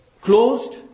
Closed